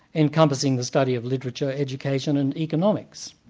encompassing the study of literature, education and economics,